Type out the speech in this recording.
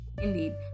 Indeed